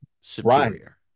superior